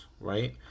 right